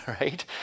right